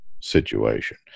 situation